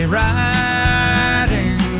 riding